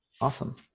Awesome